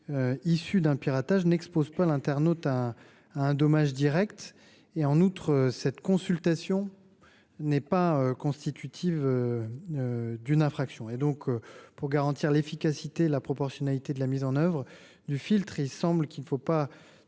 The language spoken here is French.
issues d’un piratage n’expose pas l’internaute à un dommage direct. En outre, cette consultation n’est pas constitutive d’une infraction. Pour garantir l’efficacité et la proportionnalité de la mise en œuvre du filtre, il ne faut pas